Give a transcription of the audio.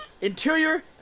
Interior